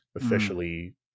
Officially